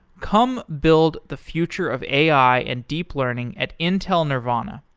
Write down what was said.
come build the future of ai and deep learning at intel nervana.